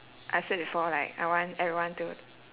I said before like I want everyone to